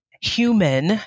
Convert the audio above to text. human